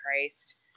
christ